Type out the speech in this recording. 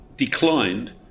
Declined